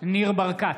ניר ברקת,